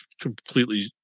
completely